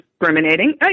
discriminating